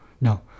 no